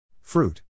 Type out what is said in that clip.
Fruit